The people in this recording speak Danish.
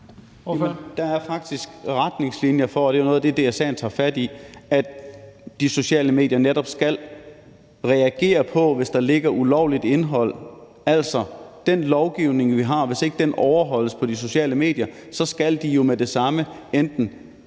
Der er faktisk retningslinjer for det. Det er noget af det, DSA tager fat i, altså at de sociale medier netop skal reagere, hvis der ligger ulovligt indhold. Altså, hvis den lovgivning, vi har, ikke overholdes på de sociale medier, skal de med det samme enten